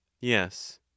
yes